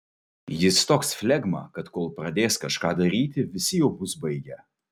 jis toks flegma kad kol pradės kažką daryti visi jau bus baigę